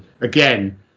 again